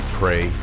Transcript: pray